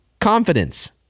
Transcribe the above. confidence